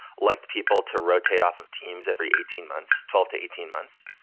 liked people to rotate off of teams every eighteen months, twelve to eighteen months.